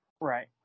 Right